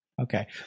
Okay